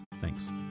Thanks